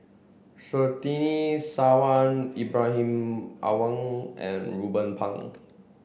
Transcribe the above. Surtini Sarwan Ibrahim Awang and Ruben Pang